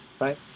right